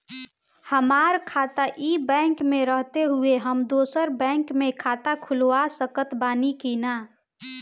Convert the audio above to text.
हमार खाता ई बैंक मे रहते हुये हम दोसर बैंक मे खाता खुलवा सकत बानी की ना?